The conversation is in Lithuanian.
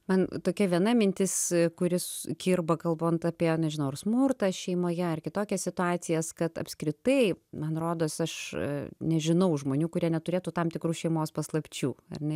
man tokia viena mintis kuris kirba kalbont apie nežinau ar smurtą šeimoje ar kitokias situacijas kad apskritai man rodos aš nežinau žmonių kurie neturėtų tam tikrų šeimos paslapčių ar ne